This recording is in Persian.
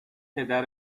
پدر